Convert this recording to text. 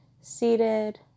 seated